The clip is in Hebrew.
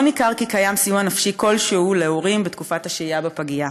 לא ניכר כי קיים סיוע נפשי כלשהו להורים בתקופת השהייה בפגייה.